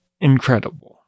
incredible